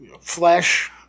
flesh